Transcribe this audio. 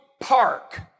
park